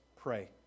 pray